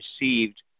received